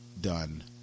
done